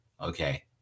okay